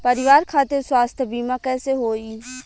परिवार खातिर स्वास्थ्य बीमा कैसे होई?